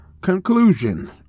Conclusion